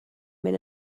mynd